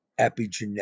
epigenetic